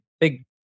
big